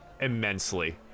immensely